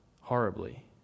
horribly